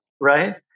Right